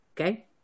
okay